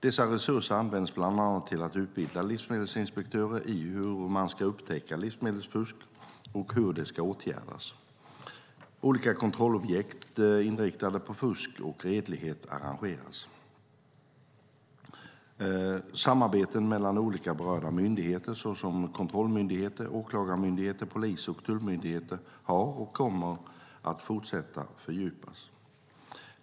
Dessa resurser används bland annat till att utbilda livsmedelsinspektörer i hur man ska upptäcka livsmedelsfusk och hur det ska åtgärdas. Olika kontrollprojekt inriktade på fusk och redlighet arrangeras. Samarbeten mellan olika berörda myndigheter, såsom kontrollmyndigheter, åklagarmyndigheter, polis och tullmyndigheter, har fördjupats och kommer att fortsätta fördjupas.